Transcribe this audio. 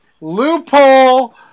Loophole